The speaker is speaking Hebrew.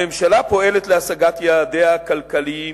הממשלה פועלת להשגת יעדיה הכלכליים,